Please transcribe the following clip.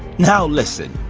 now listen!